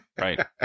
right